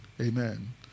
Amen